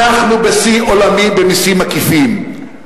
אנחנו בשיא עולמי במסים עקיפים.